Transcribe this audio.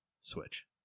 Switch